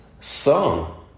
song